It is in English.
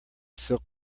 silk